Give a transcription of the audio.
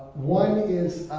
one is,